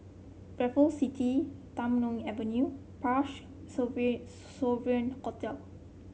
Raffles City Tham Soong Avenue Parch Sovereign Sovereign Hotel